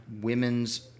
women's